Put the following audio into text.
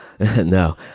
No